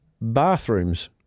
bathrooms